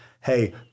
hey